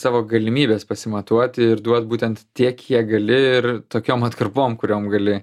savo galimybes pasimatuoti ir duot būtent tiek kiek gali ir tokiom atkarpom kuriom gali